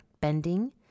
bending